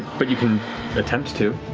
but you can attempt to.